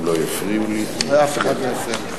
אם לא יפריעו לי אני, אתה, אף אחד לא יפריע לך.